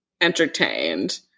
entertained